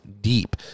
deep